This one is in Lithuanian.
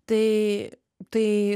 tai tai